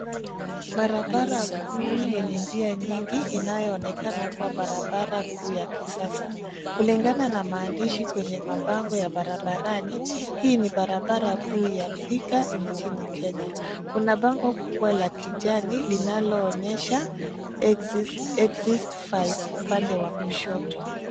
Barabara kuu yenye njia nyingi inayo onekana kuwa barabara kuu ya kisasa. Kulingana na maandishi kwenye mabango ya barabarani hii ni barabara kuu ya Thika nchini Kenya. Kuna bango kubwa la kijani linalo onyesha exit 5 upande wa kushoto.